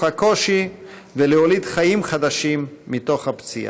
הקושי ולהוליד חיים חדשים מתוך הפציעה.